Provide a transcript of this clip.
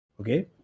Okay